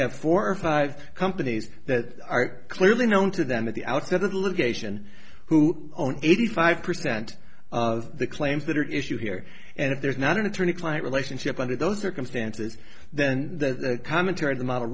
have four or five companies that are clearly known to them at the outset of the litigation who own eighty five percent of the claims that are issued here and if there is not an attorney client relationship under those circumstances then the commentary